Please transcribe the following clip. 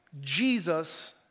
Jesus